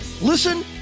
Listen